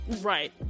right